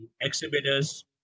exhibitors